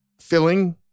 filling